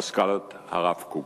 אסכולת הרב קוק.